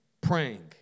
praying